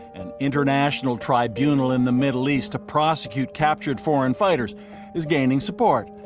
an international tribunal in the middle east to prosecute captured foreign fighters is gaining support.